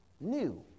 new